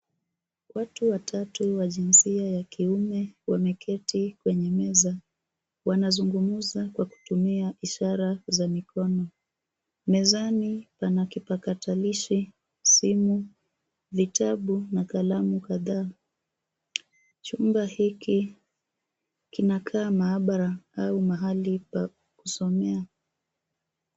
Watu watatu wa jinsia ya kiume wameketi kwenye meza. Wanazungumza kwa kutumia ishara za mikono. Mezani pana kipakatalishi, simu, vitabu na kalamu kadhaa. Chumba hiki kinakaa maabara au mahali pa kusomea.